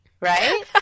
right